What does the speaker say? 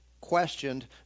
questioned